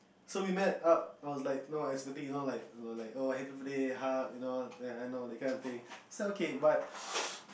so we met up I was like no I expecting you know like oh like happy birthday hug you know ya I know that kind of thing so okay but